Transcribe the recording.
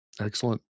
excellent